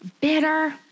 bitter